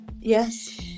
Yes